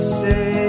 say